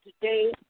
today